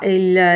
il